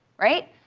right?